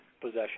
possession